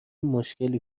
مشکلی